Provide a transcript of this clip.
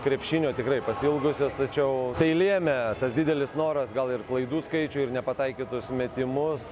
krepšinio tikrai pasiilgusios tačiau tai lėmė tas didelis noras gal ir klaidų skaičių ir nepataikytus metimus